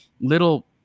little